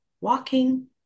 walking